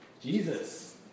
Jesus